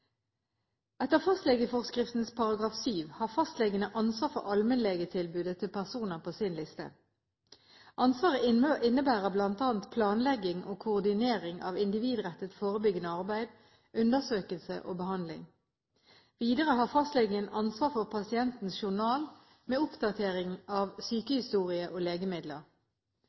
Etter fastlegeforskriftens § 7 har fastlegene ansvar for allmennlegetilbudet til personer på sin liste. Ansvaret innebærer bl.a. planlegging og koordinering av individrettet forebyggende arbeid, undersøkelse og behandling. Videre har fastlegen ansvar for pasientens journal med oppdatering av sykehistorie og legemidler.